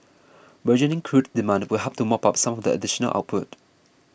burgeoning crude demand will help to mop up some of the additional output